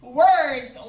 words